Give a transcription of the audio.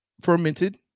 fermented